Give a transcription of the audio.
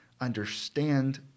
understand